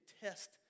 test